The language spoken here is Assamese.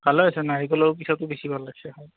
ভালে হৈছে নাৰিকলৰ পিঠাটো বেছি ভাল লাগিছে খাই